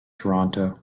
toronto